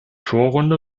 vorrunde